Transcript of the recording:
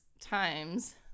times